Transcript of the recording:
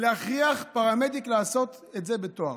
להכריח פרמדיק לעשות את זה בתואר,